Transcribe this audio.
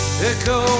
Echo